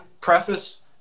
preface